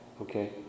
Okay